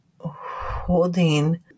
holding